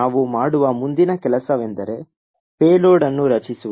ನಾವು ಮಾಡುವ ಮುಂದಿನ ಕೆಲಸವೆಂದರೆ ಪೇಲೋಡ್ ಅನ್ನು ರಚಿಸುವುದು